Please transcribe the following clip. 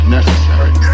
necessary